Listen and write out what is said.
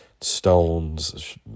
stones